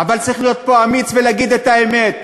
אבל צריך להיות פה אמיץ ולהגיד את האמת,